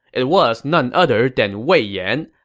it was none other than wei yan.